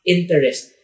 Interest